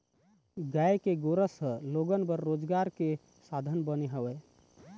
गाय के गोरस ह लोगन बर रोजगार के साधन बने हवय